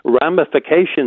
ramifications